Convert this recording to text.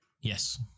Yes